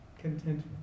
Contentment